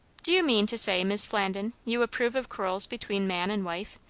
do you mean to say, mis' flandin, you approve of quarrels between man and wife?